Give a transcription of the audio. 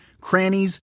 crannies